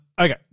okay